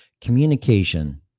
communication